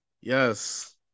Yes